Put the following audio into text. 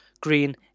green